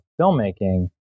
filmmaking